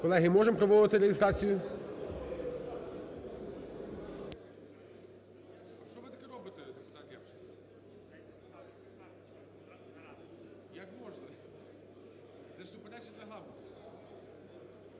Колеги, можемо проводити реєстрацію?